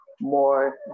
more